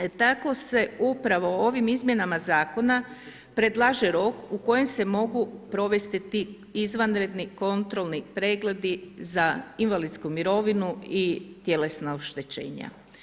Tako se upravo o ovim izmjenama zakona, predlaže rok u kojem se mogu provesti ti izvanredni kontrolni pregledi za invalidsku mirovinu i tjelesna oštećenja.